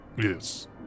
Yes